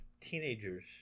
teenagers